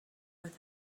with